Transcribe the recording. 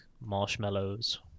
marshmallows